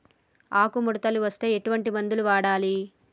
ఆకులు ముడతలు వస్తే ఎటువంటి మందులు వాడాలి?